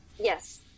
yes